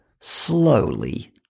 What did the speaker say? slowly